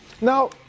Now